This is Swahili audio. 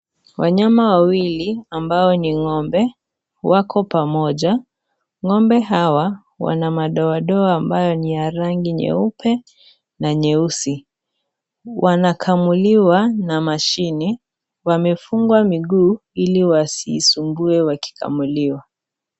Wanyama wawili ambao ni ngombe wako pamoja. Ngombe hawa wana madoa doa ambayo ni ya rangi nyeupe na nyeusi. Wanakamuliwa na mashine. Wamefungwa miguu ili wasisumbue wakikamuliwa.